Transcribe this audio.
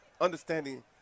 understanding